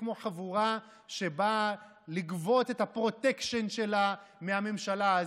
כמו חבורה שבאה לגבות את הפרוטקשן שלה מהממשלה הזו.